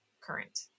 current